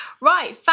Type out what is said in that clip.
Right